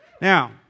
Now